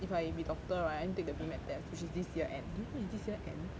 if I be doctor right I need to take the BMAT test which is this year end do you know it's this year end